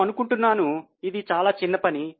నేను అనుకుంటున్నాను ఇది చాలా చిన్న పని